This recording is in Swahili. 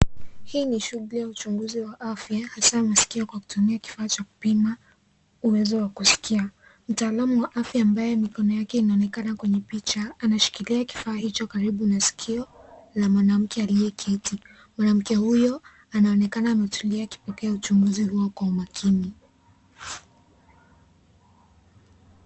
Hii ni shughuli ya uchunguzi wa afya hasa masikio kwa kutumia kifaa cha kupima uwezo wa kusikia. Mtaalamu wa afya ambaye mikono yake inaonekana kwenye picha anashikilia kifaa hicho karibu na masikio ya mwanamke aliyeketi. Mwanamke huyo anaonekana ametulia akipokea uchunguzi huo kwa makini.